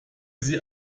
sie